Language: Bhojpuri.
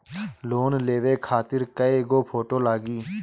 लोन लेवे खातिर कै गो फोटो लागी?